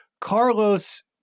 Carlos